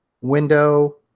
window